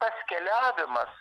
tas keliavimas